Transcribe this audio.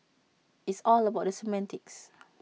it's all about the semantics